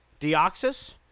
Deoxys